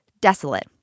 desolate